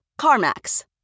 CarMax